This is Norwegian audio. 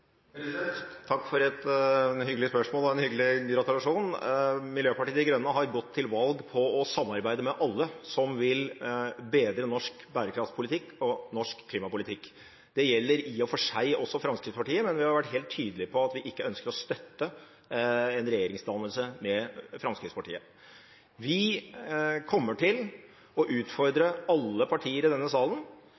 Takk for et hyggelig spørsmål og en hyggelig gratulasjon. Miljøpartiet De Grønne har gått til valg på å samarbeide med alle som vil bedre norsk bærekraftpolitikk og norsk klimapolitikk. Det gjelder i og for seg også Fremskrittspartiet, men vi har vært helt tydelige på at vi ikke ønsker å støtte en regjeringsdannelse med Fremskrittspartiet. Vi kommer til å utfordre